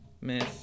Miss